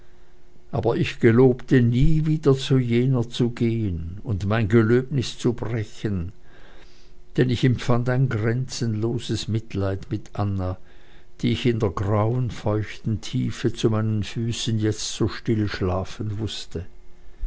aber ich gelobte nie wieder zu jener zu gehen und mein gelöbnis zu brechen denn ich empfand ein grenzenloses mitleid mit anna die ich in der grauen feuchten tiefe zu meinen füßen jetzt so still schlafend wußte